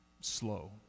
slow